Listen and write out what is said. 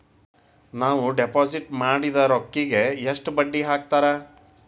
ನಾವು ಡಿಪಾಸಿಟ್ ಮಾಡಿದ ರೊಕ್ಕಿಗೆ ಎಷ್ಟು ಬಡ್ಡಿ ಹಾಕ್ತಾರಾ?